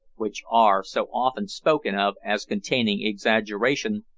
which are so often spoken of as containing exaggerations,